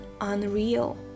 unreal